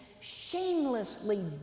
shamelessly